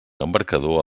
embarcador